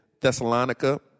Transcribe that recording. Thessalonica